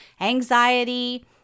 anxiety